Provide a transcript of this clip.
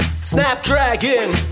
SnapDragon